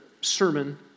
sermon